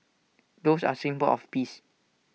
doves are A symbol of peace